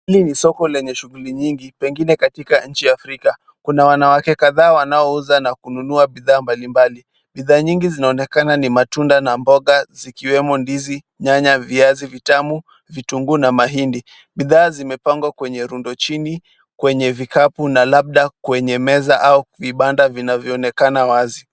Hili ni soko lenye shughuli nyingi, pengine katika nchini ya Afrika. Kuna wanawake kadhaa wanaouza na kununua bidhaa mbalimbali. Bidhaa nyingi zinaonekana ni matunda na mboga zikiwemo ndizi, nyanya ,viazi vitamu ,vitunguu na mahindi. Bidhaa zimepangwa kwenye rundo chini kwenye vikapu na labda kwenye meza au vibanda vinavyoonekana wazi.